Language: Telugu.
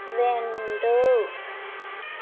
రెండు